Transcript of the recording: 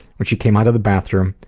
when she came out of the bathroom,